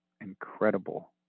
incredible